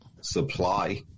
supply